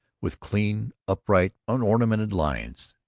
with clean, upright, unornamented lines.